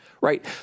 right